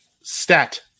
stat